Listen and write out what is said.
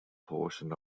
portion